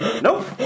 Nope